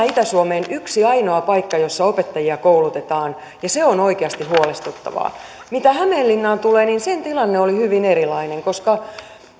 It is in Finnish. itä suomeen enää yksi ainoa paikka jossa opettajia koulutetaan ja se on oikeasti huolestuttavaa mitä hämeenlinnaan tulee niin sen tilanne oli hyvin erilainen koska